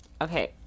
Okay